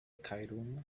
cairum